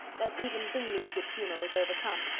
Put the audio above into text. that even bingley's good humour was overcome,